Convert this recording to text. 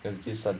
is decent